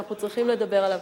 שאנחנו צריכים לדבר עליו.